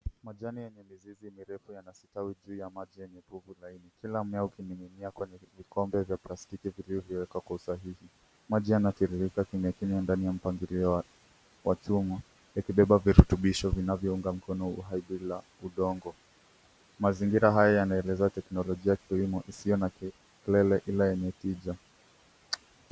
Majani yenye mizizi mirefu yanasitawi juu ya maji yenye povu laini. Kila mmea ukining'inia kwenye vikombe vya plastiki vilivyowekwa kwa usahihi. Maji yanatiririka kimyakimya ndani ya mpangilio wa chuma, yakibeba virutubisho vinavyounga mkono uhai bila udongo. Mazingira haya yanaeleza teknolojia ya kilimo isiyo na kelele ila yenye tija.